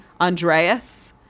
Andreas